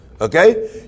Okay